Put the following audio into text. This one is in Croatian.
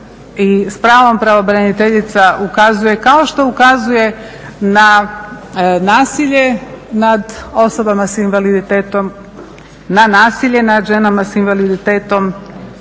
s pravom pravobraniteljica ukazuje, kao što ukazuje na nasilje nad osobama s invaliditetom, na nasilje nad ženama s invaliditetom